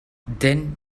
then